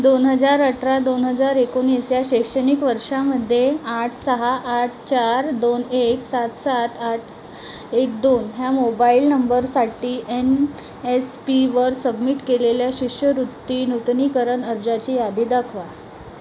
दोन हजार अठरा दोन हजार एकोणीस या शैक्षणिक वर्षामध्ये आठ सहा आठ चार दोन एक सात सात आठ एक दोन ह्या मोबाईल नंबरसाठी एन एस पीवर सबमिट केलेल्या शिष्यवृत्ती नूतनीकरण अर्जाची यादी दाखवा